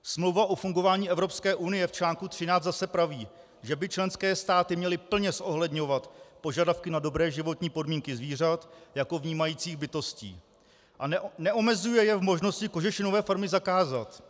Smlouva o fungování Evropské unie v článku 13 zase praví, že by členské státy měly plně zohledňovat požadavky na dobré životní podmínky zvířat jako vnímajících bytostí, a neomezuje je v možnosti kožešinové farmy zakázat.